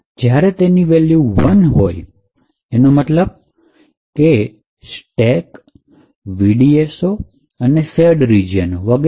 જ્યારે તેની વેલ્યુ ૧ હોય એનો મતલબ સ્ટેક VDSO અને shared region વગેરે